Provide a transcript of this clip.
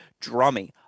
Drummy